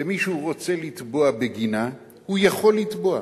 ומישהו רוצה לתבוע בגינה, הוא יכול לתבוע,